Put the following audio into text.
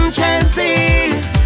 chances